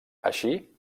així